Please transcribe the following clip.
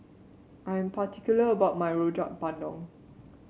I am particular about my Rojak Bandung